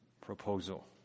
proposal